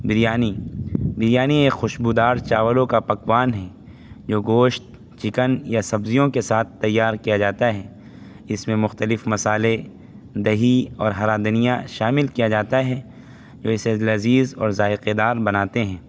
بریانی بریانی ایک خوشبودار چاولوں کا پکوان ہے جو گوشت چکن یا سبزیوں کے ساتھ تیار کیا جاتا ہیں اس میں مختلف مصالحے دہی اور ہرا دھنیا شامل کیا جاتا ہے جو اسے لذیذ اور ذائقےدار بناتے ہیں